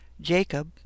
Jacob